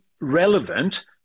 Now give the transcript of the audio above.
relevant